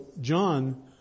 John